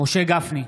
משה גפני,